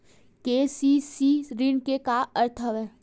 KCC ऋण के का अर्थ हवय?